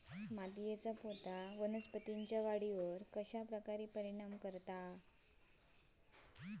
मातीएचा पोत वनस्पतींएच्या वाढीवर कश्या प्रकारे परिणाम करता?